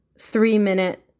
three-minute